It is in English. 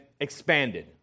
expanded